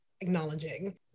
acknowledging